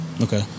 Okay